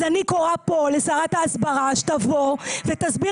אז אני קוראת פה לשרת ההסברה שתבוא ותסביר